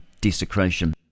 desecration